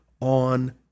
on